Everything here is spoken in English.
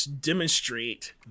demonstrate